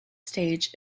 stage